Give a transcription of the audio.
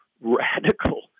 radical